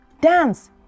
dance